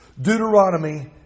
Deuteronomy